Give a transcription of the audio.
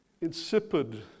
Insipid